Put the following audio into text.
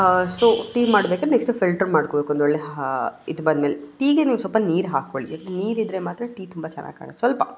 so tea ಮಾಡಬೇಕಂದ್ರೆ next filter ಮಾಡ್ಕೋಬೇಕು ಸ್ವಲ್ಪ ಒಂದೊಳ್ಳೆಯ ಹಾ ಇದು ಬಂದ್ಮೇಲೆ ಟೀಗೆ ನೀವು ಸ್ವಲ್ಪ ನೀರು ಹಾಕ್ಕೊಳ್ಳಿ ಏಕಂದರೆ ನೀರಿದ್ದರೆ ಮಾತ್ರ ಟೀ ತುಂಬ ಚೆನ್ನಾಗಿ ಕಾಣುತ್ತೆ ಸ್ವಲ್ಪ